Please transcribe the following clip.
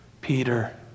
Peter